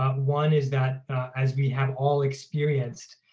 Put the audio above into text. ah one is that as we have all experienced,